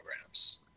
programs